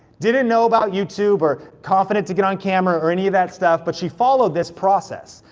didn't know about youtube or confident to get on camera or any of that stuff, but she followed this process,